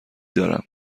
دارم